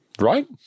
right